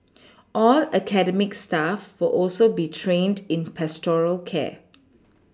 all academic staff will also be trained in pastoral care